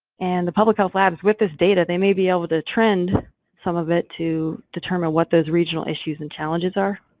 and the public health labs with this data they may be able to trend some of it to determine what those regional issues and challenges are,